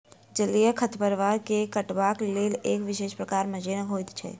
जलीय खढ़पतवार के काटबाक लेल एक विशेष प्रकारक मशीन होइत छै